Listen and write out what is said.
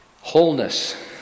Wholeness